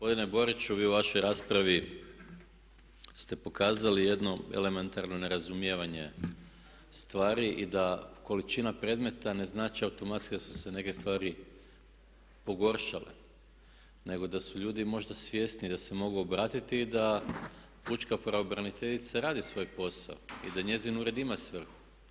Gospodine Boriću vi u vašoj raspravi ste pokazali jedno elementarno nerazumijevanje stvari i da količina predmeta ne znači automatski da su se neke stvari pogoršale, nego da su ljudi možda svjesniji da se mogu obratiti i da pučka pravobraniteljica radi svoj posao i da njezin ured ima svrhu.